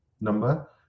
number